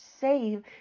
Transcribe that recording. save